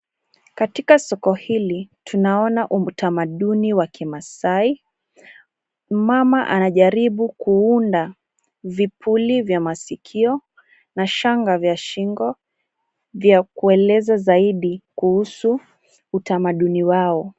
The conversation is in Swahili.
Katika soko hili tunaona utamaduni wa kimaasai. Mmama anajaribu kuunda vipuli vya masikio na shanga vya shingo vya kueleza zaidi kuhusu utamaduni wao.